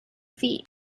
feet